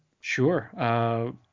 Sure